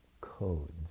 codes